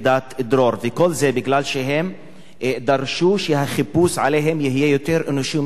וכל זה כי הם דרשו שהחיפוש עליהם יהיה יותר אנושי ומכובד,